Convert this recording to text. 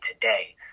today